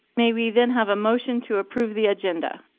may we then have a motion to approve the agenda.